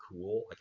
cool